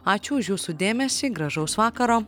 ačiū už jūsų dėmesį gražaus vakaro